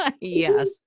yes